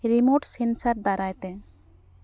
remote sensor ᱫᱟᱨᱟᱭᱛᱮ